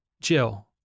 Jill